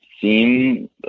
seem